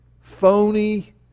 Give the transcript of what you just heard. phony